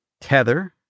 Tether